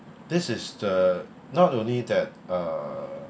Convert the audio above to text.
this is the not only that uh